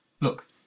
Look